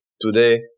Today